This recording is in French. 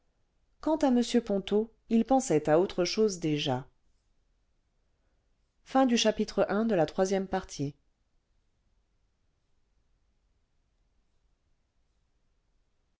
quant'à m ponto il pensait à autre chose déjà